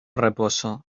reposo